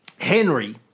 Henry